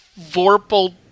vorpal